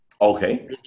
Okay